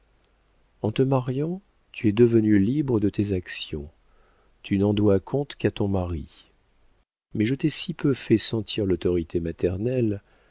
en te mariant tu es devenue libre de tes actions tu n'en dois compte qu'à ton mari mais je t'ai si peu fait sentir l'autorité maternelle